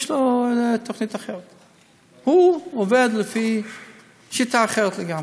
יש לו תכנית אחרת, הוא עובד לפי שיטה אחרת לגמרי.